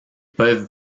peuvent